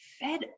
fed